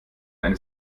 eine